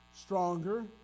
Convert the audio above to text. stronger